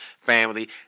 family